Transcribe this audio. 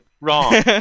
Wrong